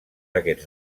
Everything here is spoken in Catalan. aquests